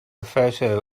photo